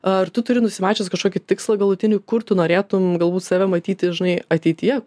ar tu turi nusimačius kažkokį tikslą galutinį kur tu norėtum galbūt save matyti žinai ateityje